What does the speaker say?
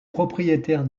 propriétaires